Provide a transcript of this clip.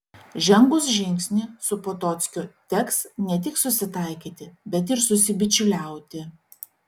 žengus žingsnį su potockiu teks ne tik susitaikyti bet ir susibičiuliauti